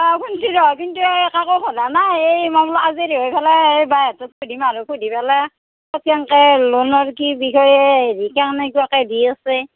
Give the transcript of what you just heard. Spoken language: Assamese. অঁ শুনছোঁ ৰ কিন্তু এ কাকো সোধা নাই এ মই বোলো আজি গৈ পেলাই এ বাইহঁতক সুধিম আৰু সুধি পেলাই প্ৰিয়ংকায়ে লোনৰ কি বিষয়ে হেৰি কাৰণে কিবাকে দি আছে